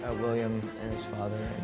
ah william and his father.